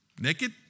naked